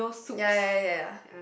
ya ya ya ya ya